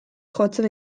jotzen